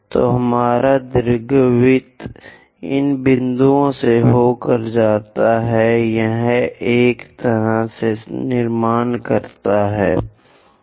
तो हमारा दीर्घवृत्त इन बिंदुओं से होकर जाता है यह एक तरह से निर्माण करना है